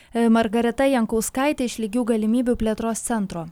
margarita jankauskaitė iš lygių galimybių plėtros centro